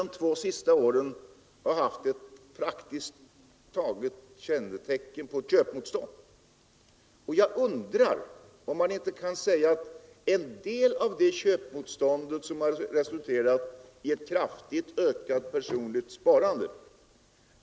Jag har haft en liten fundering med anledning av det köpmotstånd som i viss mån kännetecknat de två senaste åren och som resulterat i ett kraftigt ökat personligt sparande.